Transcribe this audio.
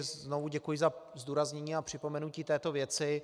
Znovu děkuji za zdůraznění a připomenutí této věci.